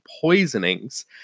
poisonings